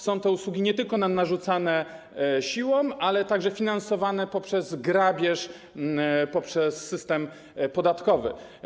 Są to usługi nie tylko nam narzucane siłą, ale także finansowane poprzez grabież, poprzez system podatkowy.